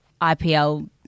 IPL